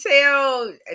tell